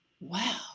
wow